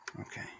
Okay